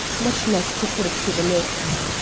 much less to put it to the lips.